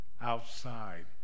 outside